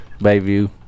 Bayview